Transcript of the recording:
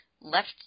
left